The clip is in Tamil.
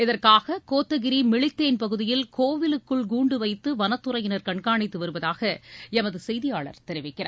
இதற்காக கோத்தகிரி மிளித்தேன் பகுதியில் கோவிலுக்குள் கூண்டு வைத்து வனத்துறையினர் கண்காணித்து வருவதாக எமது செய்தியாளர் தெரிவிக்கிறார்